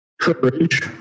courage